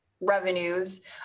revenues